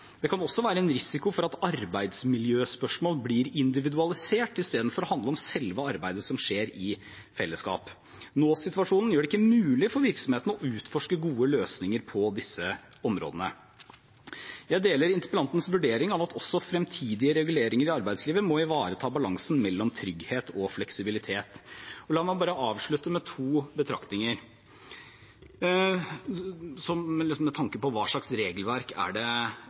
Det kan også være en risiko for at arbeidsmiljøspørsmål blir individualisert i stedet for å handle om selve arbeidet som skjer i fellesskap. Nå-situasjonen gjør det ikke mulig for virksomhetene å utforske gode løsninger på disse områdene. Jeg deler interpellantens vurdering av at også fremtidige reguleringer av arbeidslivet må ivareta balansen mellom trygghet og fleksibilitet. La meg avslutte med to betraktninger med tanke på hva slags regelverk.